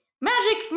Magic